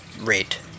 rate